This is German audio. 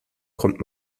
kommt